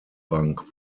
bank